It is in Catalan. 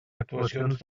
actuacions